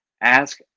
ask